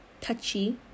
touchy